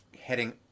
heading